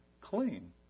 clean